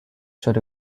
showed